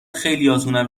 خیلیاتونم